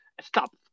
stop